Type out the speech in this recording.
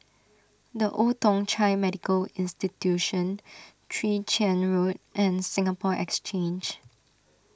the Old Thong Chai Medical Institution Chwee Chian Road and Singapore Exchange